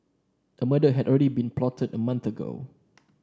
a murder had already been plotted a month ago